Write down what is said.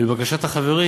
לבקשת החברים,